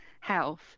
health